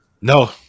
No